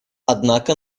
однако